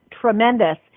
tremendous